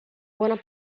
buona